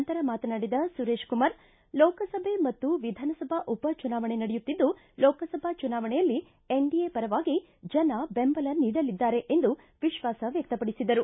ನಂತರ ಮಾತನಾಡಿದ ಸುರೇಶ್ ಕುಮಾರ್ ಲೋಕಸಭೆ ಮತ್ತು ವಿಧಾನಸಭಾ ಉಪಚುನಾವಣೆ ನಡೆಯುತ್ತಿದ್ದು ಲೋಕಸಭಾ ಚುನಾವಣೆಯಲ್ಲಿ ಎನ್ಡಿಎ ಪರವಾಗಿ ಜನಬೆಂಬಲ ನೀಡಲಿದ್ದಾರೆ ಎಂದು ವಿತ್ವಾಸ ವ್ಯಕ್ತಪಡಿಸಿದರು